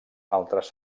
altres